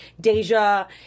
Deja